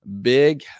big